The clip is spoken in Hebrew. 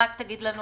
תגיד לנו